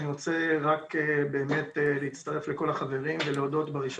אני רוצה להצטרף לכל החברים ולהודות בראש